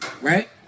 right